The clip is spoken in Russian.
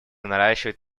наращивать